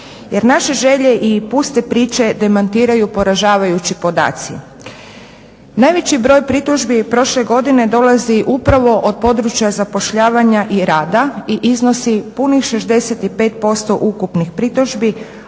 Jer naše želje i puste priče demantiraju poražavajući podaci. Najveći broj pritužbi prošle godine dolazi upravo od područja zapošljavanja i rada i iznosi punih 65% ukupnih pritužbi,